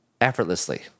effortlessly